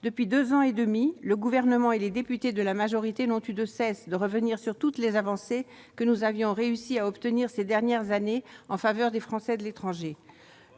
Depuis deux ans et demi, le Gouvernement et les députés de la majorité n'ont eu de cesse de revenir sur toutes les avancées que nous avions réussi à obtenir ces dernières années en faveur des Français de l'étranger.